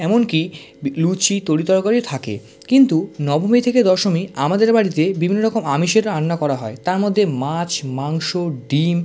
এমন কি বি লুচি তরি তরকারিও থাকে কিন্তু নবমী থেকে দশমী আমাদের বাড়িতে বিভিন্ন রকম আমিষের রান্না করা হয় তার মধ্যে মাছ মাংস ডিম